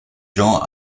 gens